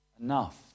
Enough